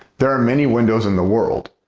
there are many windows in the world,